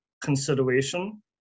consideration